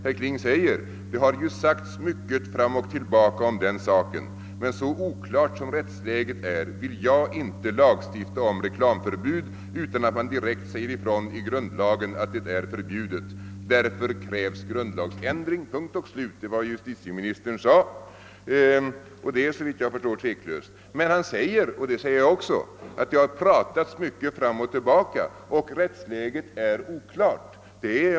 Herr Kling säger: »Det har ju sagts mycket fram och tillbaka om den saken. Men så oklart som rättsläget är vill jag inte lagstifta om reklamförbud utan att man direkt säger ifrån i grundlagen att det är förbjudet. Därför krävs grundlagsändring.» Detta är vad justitieministern sagt, och det är såvitt jag förstår tveklöst. Men han säger — och det säger jag också — att det har pratats mycket fram och tillbaka och att rättsläget är oklart.